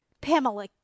Pamela—